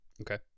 Okay